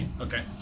Okay